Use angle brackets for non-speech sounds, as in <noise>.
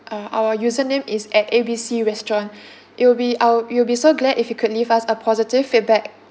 uh our user name is at A B C restaurant <breath> it will be I'll it'll be so glad if you could leave us a positive feedback